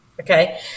okay